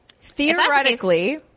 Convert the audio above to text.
Theoretically